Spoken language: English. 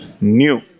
new